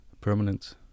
permanent